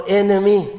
enemy